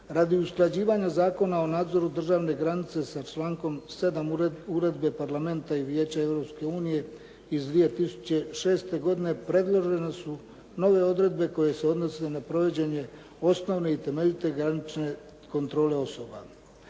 Radi usklađivanja Zakona o nadzoru državne granice sa člankom 7. uredbe Parlamenta i Vijeća Europske unije iz 2006. godine predložene su nove odredbe koje se odnose na provođenje osnovne i temeljite granične kontrole osoba.